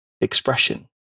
expression